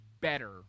better